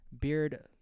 beard